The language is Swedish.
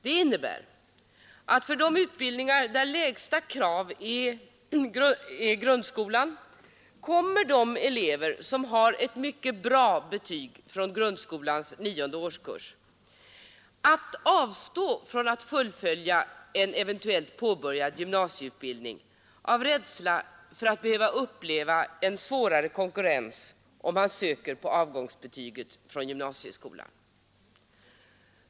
Det innebär att för de utbildningar där lägsta krav för inträde är grundskolan kommer de elever som har mycket bra betyg från grundskolans nionde årskurs att avstå från att fullfölja en eventuellt påbörjad gymnasieutbildning av rädsla för att behöva uppleva svårare konkurrens, om de söker på avgångsbetyg från gymnasieskolan.